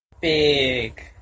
Big